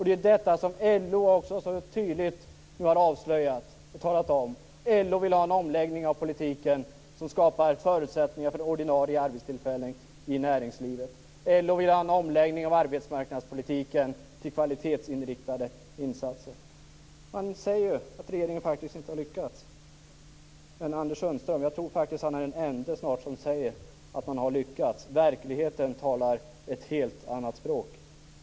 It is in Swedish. Det är ju detta som också LO nu så tydligt har avslöjat och talat om. LO vill ha en omläggning av politiken som skapar förutsättningar för ordinarie arbetstillfällen i näringslivet. LO vill ha en omläggning av arbetsmarknadspolitiken till kvalitetsinriktade insatser. Man säger att regeringen faktiskt inte har lyckats. Jag tror faktiskt att Anders Sundström snart är den ende som säger att man har lyckats. Verkligheten talar ett helt annat språk.